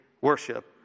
worship